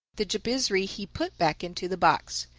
the jabizri he put back into the box.